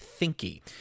Thinky